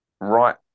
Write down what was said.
Right